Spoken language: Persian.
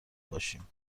باشیم